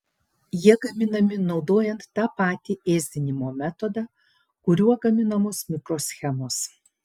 jie gaminami naudojant tą patį ėsdinimo metodą kuriuo gaminamos mikroschemos